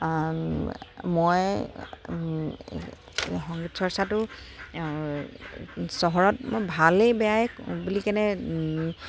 মই সংগীত চৰ্চাটো চহৰত মই ভালেই বেয়াই বুলি কেনে